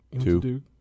Two